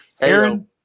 Aaron